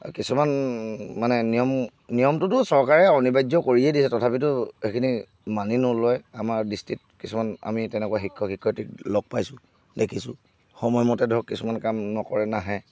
আৰু কিছুমান মানে নিয়ম নিয়মটোতো চৰকাৰে অনিবাৰ্য কৰিয়ে দিছে তথাপিতো সেইখিনি মানি নলয় আমাৰ দৃষ্টিত কিছুমান আমি তেনেকুৱা শিক্ষক শিক্ষয়ত্ৰীক লগ পাইছোঁ দেখিছোঁ সময়মতে ধৰক কিছুমান কাম নকৰে নাহে